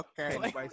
Okay